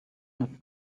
not